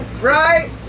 Right